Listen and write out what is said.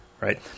Right